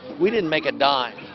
we didn't make a dime,